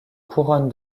couronne